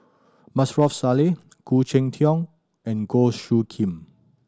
Maarof Salleh Khoo Cheng Tiong and Goh Soo Khim